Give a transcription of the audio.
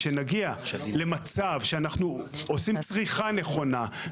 כשנגיע למצב שאנחנו עושים צריכה נכונה,